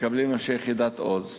שמקבלים אנשי יחידת "עוז".